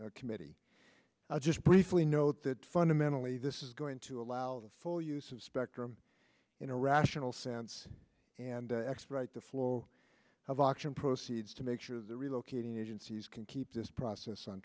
committee i'll just briefly note that fundamentally this is going to allow the full use of spectrum in a rational sense and expedite the flow of auction proceeds to make sure the relocating agencies can keep this process on